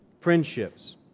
friendships